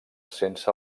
sense